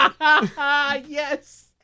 yes